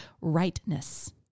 rightness